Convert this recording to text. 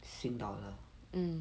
sing dollar